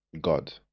God